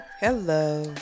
Hello